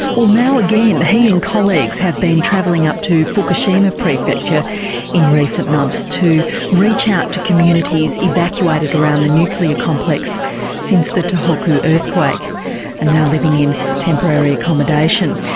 well now again, he and colleagues have been travelling up to the fukushima prefecture in recent months to reach out to communities evacuated around the nuclear complex since the tohoku earthquake and now living in temporary accommodation.